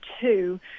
two